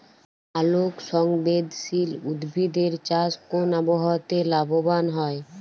আলোক সংবেদশীল উদ্ভিদ এর চাষ কোন আবহাওয়াতে লাভবান হয়?